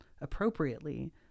appropriately